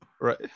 Right